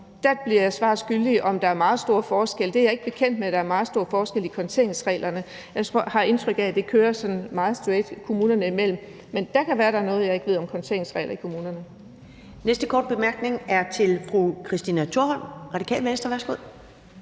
jeg bliver svar skyldig, om der er meget stor forskel. Jeg er ikke bekendt med, at der er meget store forskelle i konteringsreglerne, og jeg har indtryk af, at det kører meget straight kommunerne imellem. Men det kan være, at der er noget, jeg ikke ved om konteringsregler i kommunerne.